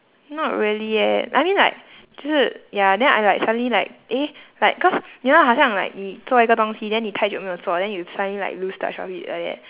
not really eh I mean like 就是 ya then I like suddenly like eh like cause you know 好像 like 你做一个东西 then 你太久没有做 then you suddenly like lose the